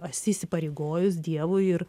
esi įsipareigojus dievui ir